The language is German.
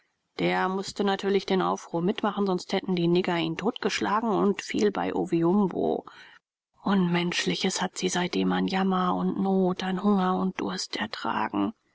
der mußte natürlich den aufruhr mitmachen sonst hätten die nigger ihn totgeschlagen und fiel bei oviumbo unmenschliches hat sie seitdem an jammer und not an hunger und durst ertragen